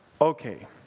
okay